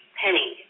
penny